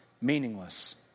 meaningless